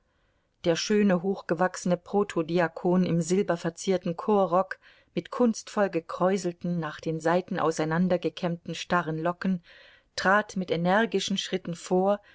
der schöne hochgewachsene protodiakon im silberverzierten chorrock mit kunstvoll gekräuselten nach den seiten auseinandergekämmten starren locken trat mit energischen schritten vor